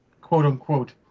quote-unquote